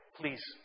please